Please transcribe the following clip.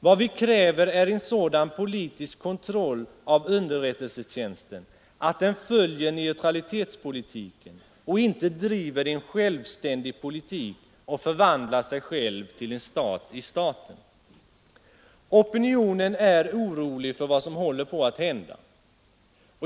Vad vi kräver är en sådan politisk kontroll av underrättelsetjänsten att den följer neutralitetspolitiken och inte driver en självständig politik och förvandlar sig själv till en stat i staten. Opinionen är orolig för vad som håller på att hända.